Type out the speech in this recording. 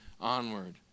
onward